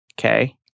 okay